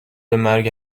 مرگ